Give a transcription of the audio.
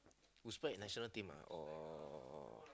you sprite national team or